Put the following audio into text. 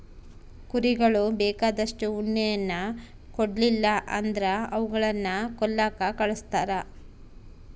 ಕುರಿಗಳು ಬೇಕಾದಷ್ಟು ಉಣ್ಣೆಯನ್ನ ಕೊಡ್ಲಿಲ್ಲ ಅಂದ್ರ ಅವುಗಳನ್ನ ಕೊಲ್ಲಕ ಕಳಿಸ್ತಾರ